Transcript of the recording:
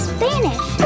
Spanish